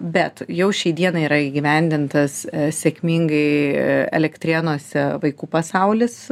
bet jau šiai dienai yra įgyvendintas sėkmingai elektrėnuose vaikų pasaulis